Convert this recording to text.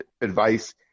advice